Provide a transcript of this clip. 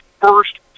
first